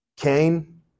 Cain